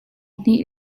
hnih